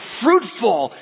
fruitful